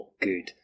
good